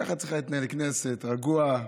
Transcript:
ככה צריכה להתנהל כנסת, רגוע,